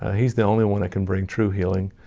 ah he is the only one that can bring true healing.